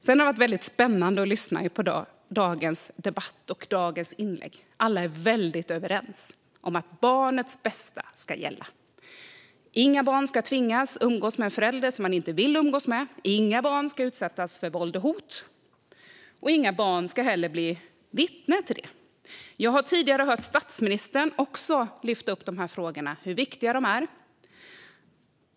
Det har varit väldigt spännande att lyssna på dagens debatt och inläggen i den. Alla är väldigt överens om att barnets bästa ska gälla. Inget barn ska tvingas umgås med en förälder som barnet inte vill umgås med, och inga barn ska utsättas för våld och hot. Inga barn ska heller bli vittne till det. Jag har tidigare hört även statsministern lyfta upp de här frågorna och hur viktiga de är.